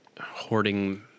hoarding